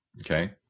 Okay